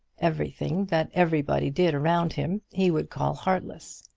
everything that everybody did around him he would call heartless.